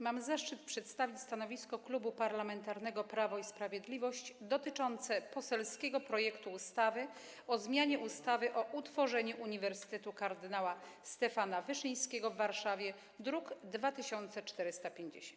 Mam zaszczyt przedstawić stanowisko Klubu Parlamentarnego Prawo i Sprawiedliwość dotyczące poselskiego projektu ustawy o zmianie ustawy o utworzeniu Uniwersytetu Kardynała Stefana Wyszyńskiego w Warszawie, druk nr 2450.